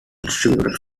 distributed